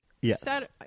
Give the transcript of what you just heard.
Yes